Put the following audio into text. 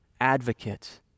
advocate